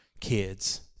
kids